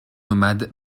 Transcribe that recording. nomades